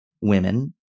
women